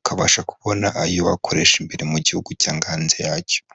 ukabasha kubona ayo wakoresha imbere mu gihugu cyangwa hanze yacyo.